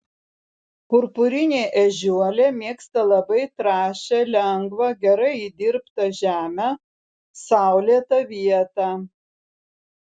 purpurinė ežiuolė mėgsta labai trąšią lengvą gerai įdirbtą žemę saulėtą vietą